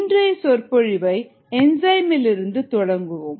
இன்றைய சொற்பொழிவை என்சைமிலிருந்து தொடங்குவோம்